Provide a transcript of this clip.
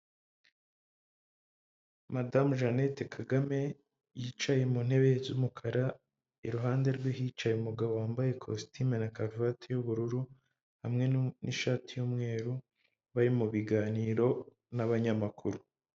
Madamu Jeannete KAGAME, yicaye mu ntebe z'umukara iruhande rwe hicaye umugabo wambaye ikositimu na karuvati y'ubururu, hamwe n'ishati y'umweru bari mu biganiro n'abanyamakuru.